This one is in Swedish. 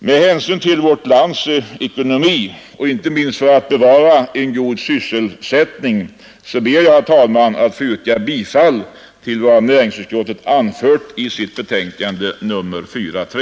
Med hänsyn till vårt lands ekonomi, och inte minst till vikten av att kunna bevara en god sysselsättning, ber jag, herr talman, att få yrka bifall till vad näringsutskottet hemställt i sitt betänkande nr 43.